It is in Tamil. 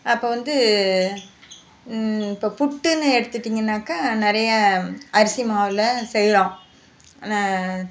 அப்போ வந்து இப்போ புட்டுன்னு எடுத்துகிட்டிங்கனாக்கா நிறைய அரிசி மாவில் செய்யறோம்